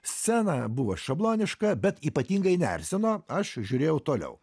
scena buvo šabloniška bet ypatingai neerzino aš žiūrėjau toliau